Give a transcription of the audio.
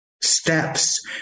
steps